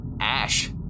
ash-